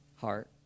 heart